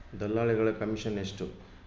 ದಲ್ಲಾಳಿಗಳ ಕಮಿಷನ್ ಎಷ್ಟು?